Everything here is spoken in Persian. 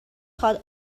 خواد